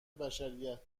بشریت